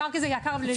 הפארק הזה יקר לליבה.